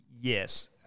Yes